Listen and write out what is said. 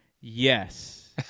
Yes